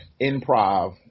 improv